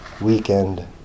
weekend